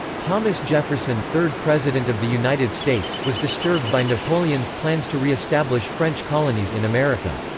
thomas jefferson, third president of the united states, was disturbed by napoleon's plans to re-establish french colonies in america.